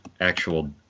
actual